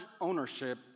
ownership